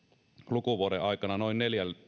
lukuvuoden aikana noin